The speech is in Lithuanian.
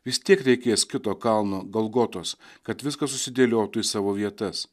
vis tiek reikės kito kalno golgotos kad viskas susidėliotų į savo vietas